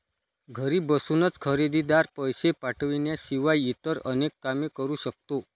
घरी बसूनच खरेदीदार, पैसे पाठवण्याशिवाय इतर अनेक काम करू शकतो